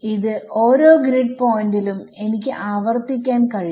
ഇത് ഓരോ ഗ്രിഡ് പോയിന്റിലും എനിക്ക് ആവർത്തിക്കാൻ കഴിയും